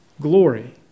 Glory